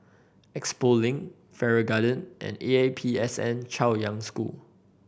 Expo Link Farrer Garden and A P S N Chaoyang School